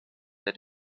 der